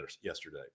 yesterday